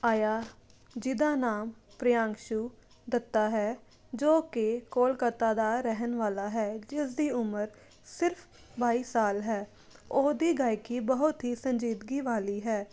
ਆਇਆ ਜਿਹਦਾ ਨਾਮ ਪ੍ਰਿਅੰਸ਼ੂ ਦੱਤਾ ਹੈ ਜੋ ਕਿ ਕੋਲਕਾਤਾ ਦਾ ਰਹਿਣ ਵਾਲਾ ਹੈ ਜਿਸਦੀ ਉਮਰ ਸਿਰਫ ਬਾਈ ਸਾਲ ਹੈ ਉਹਦੀ ਗਾਇਕੀ ਬਹੁਤ ਹੀ ਸੰਜੀਦਗੀ ਵਾਲੀ ਹੈ